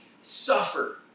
suffer